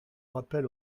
rappel